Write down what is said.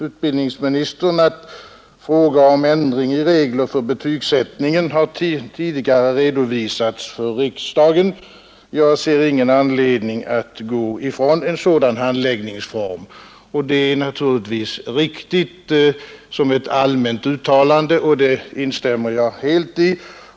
Utbildningsministern säger i svaret: ”Fräga om ändring i regler för betygssättningen har tidigare redovisats för riksdagen. Jag ser ingen anledning att gå ifrån en sådan handläggningsform.” Detta är naturligtvis riktigt som ett allmänt uttalande och det instämmer jag helt i.